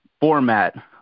format